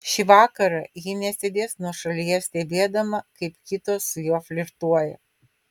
šį vakarą ji nesėdės nuošalyje stebėdama kaip kitos su juo flirtuoja